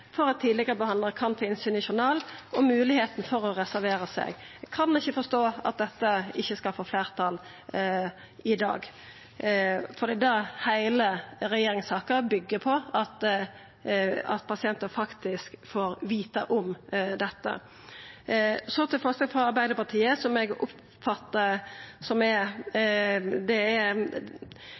for at tidlegare behandlarar kan få innsyn i journalen, og moglegheita for å reservera seg. Eg kan ikkje forstå at dette ikkje skal få fleirtal i dag, for heile regjeringssaka byggjer på at pasientar faktisk får vita om dette. Så til forslaga frå Arbeidarpartiet. Eg oppfattar at det er